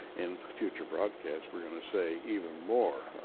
in a future broadcast we're going to say even more.